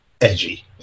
edgy